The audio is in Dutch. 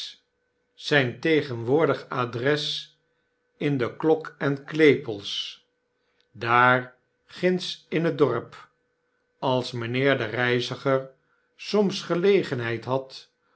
zijn tegenwoordig adres in de klok en klepels daar ginds in het dorp als mijnheer de reiziger soms gelegenheid had